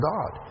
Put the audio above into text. God